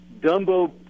Dumbo